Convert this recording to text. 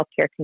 healthcare